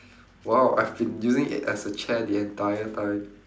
!wow! I've been using it as a chair the entire time